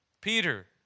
Peter